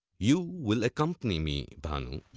you will accompany me, bhanu.